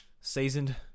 Seasoned